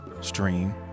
stream